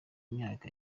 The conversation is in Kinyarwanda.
myaka